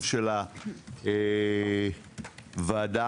אני שמח לפתוח את הדיון הכול כך חשוב הזה של הוועדה